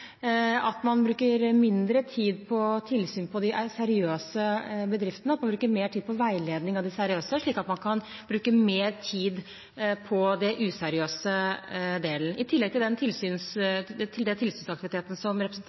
at man bruker mindre tid på tilsyn ved de seriøse bedriftene, at man bruker mer tid på veiledning av de seriøse, slik at man kan bruke mer tid på den useriøse delen. I tillegg til den tilsynsaktiviteten som